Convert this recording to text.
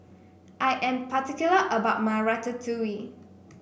I am particular about my Ratatouille